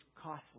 costly